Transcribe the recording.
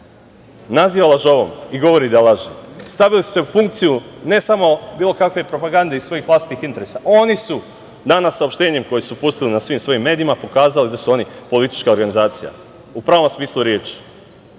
naziva lažovom i govori da je lažov. Stavili su se u funkciji ne samo bilo kakve propagande i svojih vlastitih interesa, oni su danas saopštenjem koje su pustili na svim svojim medijima pokazali da su oni politička organizacija, u pravom smislu reči. Da